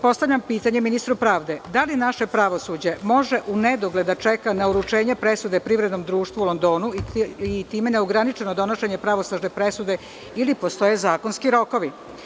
Postavljam pitanje ministru pravde – da li naše pravosuđe može u nedogled da čeka na uručenje presude Privrednom društvu u Londonu i time neogračeno donošenje pravosnažne presude ili postoje zakonski rokovi?